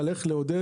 על איך לעודד,